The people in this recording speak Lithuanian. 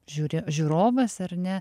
žiūri žiūrovas ar ne